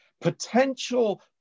potential